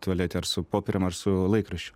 tualete ar su popierium ar su laikraščiu